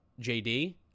JD